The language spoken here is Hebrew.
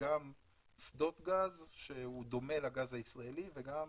גם שדות גז שדומים לגז הישראלי וגם